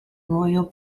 royal